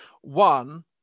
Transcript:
One